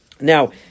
Now